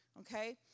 Okay